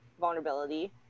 vulnerability